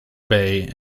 bay